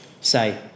say